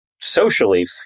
socially